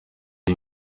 iyi